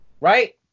Right